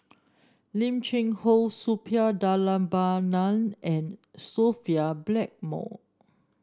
Lim Cheng Hoe Suppiah Dhanabalan and Sophia Blackmore